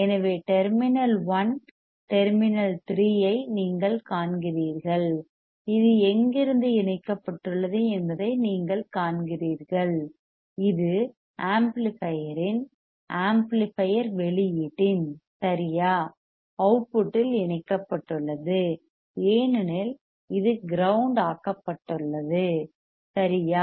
எனவே terminal 1 terminal 3 ஐ நீங்கள் காண்கிறீர்கள் இது எங்கிருந்து இணைக்கப்பட்டுள்ளது என்பதை நீங்கள் காண்கிறீர்கள் இது ஆம்ப்ளிபையர்யின் ஆம்ப்ளிபையர் வெளியீட்டின் சரியா அவுட்புட்டில் இணைக்கப்பட்டுள்ளது ஏனெனில் இது கிரவுண்ட் ஆக்கப்பட்டுள்ளது சரியா